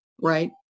Right